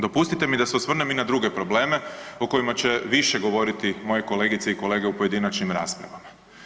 Dopustite mi da se osvrnem i na druge probleme o kojima će više govoriti moje kolegice i kolege u pojedinačnim raspravama.